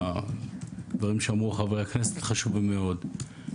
הדברים שאמרו חברי הכנסת חשובים מאוד.